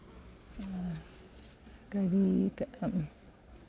ꯀꯔꯤ